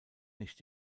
nicht